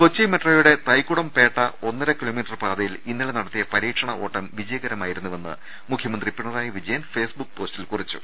കൊച്ചി മെട്രോയുടെ തൈക്കുടം പേട്ട ഒന്നര് കിലോമീറ്റർ പാത യിൽ ഇന്നലെ നടത്തിയ പരീക്ഷണ ഓട്ടം വിജയകരമായിരുന്നുവെന്ന് മുഖ്യ മന്ത്രി പിണറായി വിജയൻ ഫേസ് ബുക്ക് പോസ്റ്റിൽ കുറിച്ചു